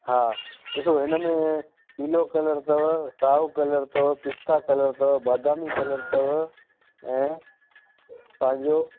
हा ॾिसो इनमें पीलो कलर अथव साओ कलर अथव पिस्ता कलर अथव बादामी कलर अथव ऐं पंहिंजो